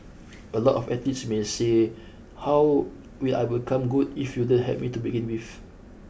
a lot of athletes may say how will I become good if you don't help me to begin with